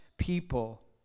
People